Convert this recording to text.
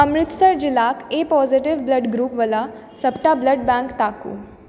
अमृतसर जिलाक A positive blood ग्रुपबला सबटा ब्लड बैंक ताकू